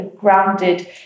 grounded